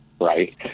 right